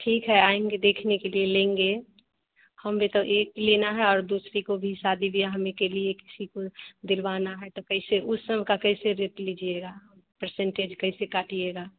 ठीक है आएँगे देखने के लिए लेंगे हम भी तो एक लेना है और दूसरी को भी शादी ब्याह में के लिए किसी को दिलवाना है तो कैसे उस सब का कैसे रेट लीजिएगा पर्सेंटेज कैसे काटिएगा